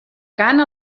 cant